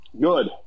Good